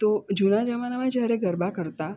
તો જૂના જમાનામાં જ્યારે ગરબા કરતાં